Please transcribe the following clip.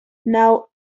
now